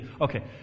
okay